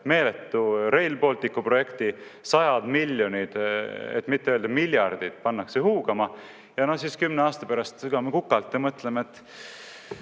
meeletu Rail Balticu projekti, sajad miljonid, et mitte öelda miljardid pannakse huugama, ja siis kümne aasta pärast sügame kukalt ja mõtleme, et